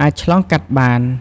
អាចឆ្លងកាត់បាន។